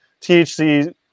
THC